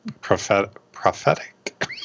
prophetic